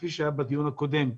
כפי שעלה בדיון הקודם.